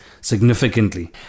significantly